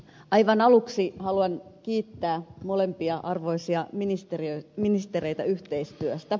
aivan aluksi haluan kiittää molempia arvoisia ministereitä yhteistyöstä